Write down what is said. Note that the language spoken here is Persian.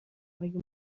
مگه